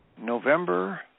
November